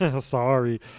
Sorry